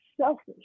selfish